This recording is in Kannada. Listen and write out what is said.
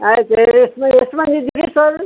ಆಯ್ತು ಎಷ್ಟು ಎಷ್ಟು ಮಂದಿ ಇದ್ದೀರಿ ಸರ್